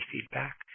feedback